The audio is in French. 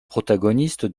protagonistes